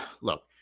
look